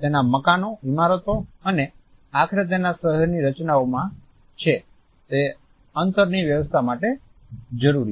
તેના મકાનો ઈમારતો અને આખરે તેના શહેરની રચનામાં છે તે અંતરની વ્યવસ્થા માટે જરૂરી છે